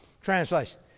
translation